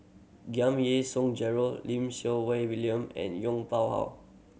Giam Yean Song Gerald Lim Siew William and Yong Pung How